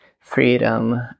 Freedom